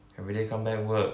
everyday come back work